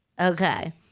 Okay